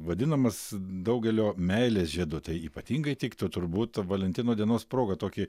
vadinamas daugelio meilės žiedu tai ypatingai tiktų turbūt valentino dienos proga tokį